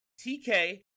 TK